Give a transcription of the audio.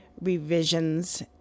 revisions